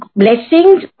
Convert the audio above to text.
blessings